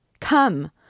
come